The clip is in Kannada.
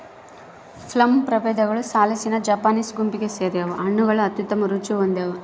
ಪ್ಲಮ್ ಪ್ರಭೇದಗಳು ಸಾಲಿಸಿನಾ ಜಪಾನೀಸ್ ಗುಂಪಿಗೆ ಸೇರ್ಯಾವ ಹಣ್ಣುಗಳು ಅತ್ಯುತ್ತಮ ರುಚಿ ಹೊಂದ್ಯಾವ